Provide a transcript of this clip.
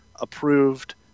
approved